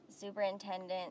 superintendent